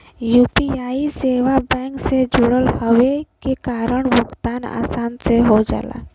UPI सेवा bank से जुड़ल होये के कारण भुगतान आसान हो जाला